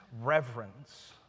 reverence